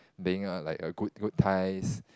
being a like a good good ties